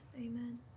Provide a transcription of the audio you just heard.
Amen